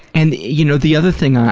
and, you know, the other thing, ah